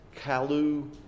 kalu